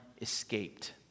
escaped